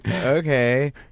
Okay